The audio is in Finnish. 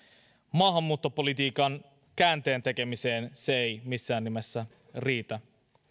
maahanmuuttopolitiikan käänteen tekemiseen se ei missään nimessä riitä